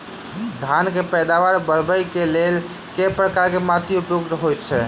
धान केँ पैदावार बढ़बई केँ लेल केँ प्रकार केँ माटि उपयुक्त होइत अछि?